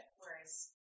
whereas